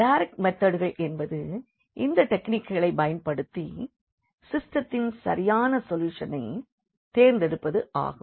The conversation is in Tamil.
டைரெக்ட் மெதட்கள் என்பது இந்த டெக்னிக்குகளைப் பயன்படுத்தி சிஸ்டெத்தின் சரியான சொல்யூஷனை தேர்ந்தெடுப்பது ஆகும்